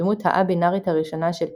הדמות הא-בינארית הראשונה של פיקסאר.